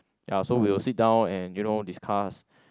ya so we will sit down and you know discuss